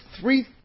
three